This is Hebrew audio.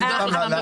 לקדוח בשוק.